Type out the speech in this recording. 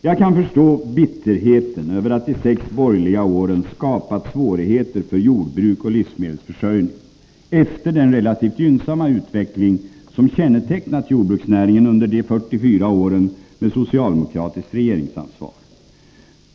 Jag kan förstå bitterheten över att de sex borgerliga åren skapat svårigheter för jordbruk och livsmedelsförsörjning, efter den relativt gynnsamma utveckling som kännetecknat jordbruksnäringen under de 44 åren med socialdemokratiskt regeringsansvar.